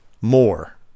more